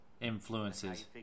Influences